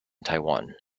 taiwan